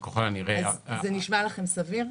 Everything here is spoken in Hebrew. ככל הנראה --- זה נשמע לכם סביר?